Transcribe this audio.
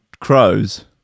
crows